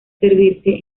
servirse